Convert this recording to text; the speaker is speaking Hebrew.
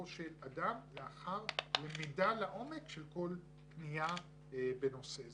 של אדם לאחר למידה לעומק של כל פנייה בנושא זה.